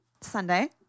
Sunday